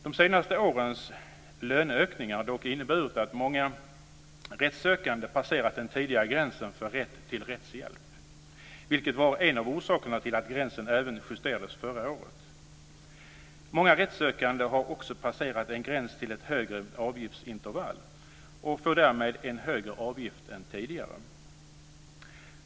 De senast årens löneökningar har dock inneburit att många rättssökande passerat den tidigare gränsen för rätt till rättshjälp, vilket var en av orsakerna till att gränsen även justerades förra året. Många rättssökande har också passerat en gräns till ett högre avgiftsintervall och får därmed en högre avgift än tidigare.